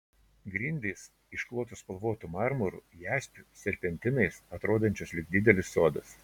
grindys išklotos spalvotu marmuru jaspiu serpentinais atrodančios lyg didelis sodas